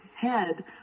head